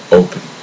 open